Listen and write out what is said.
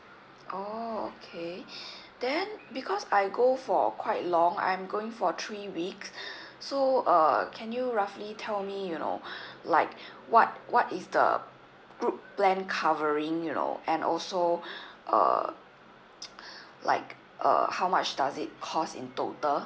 oh okay then because I go for quite long I'm going for three weeks so uh can you roughly tell me you know like what what is the group plan covering you know and also uh like uh how much does it cost in total